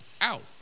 out